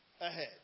ahead